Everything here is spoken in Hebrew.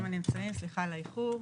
ברוכים הנמצאים, סליחה על האיחור.